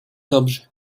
dobrzy